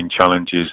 challenges